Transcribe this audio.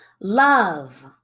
love